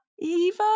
Eva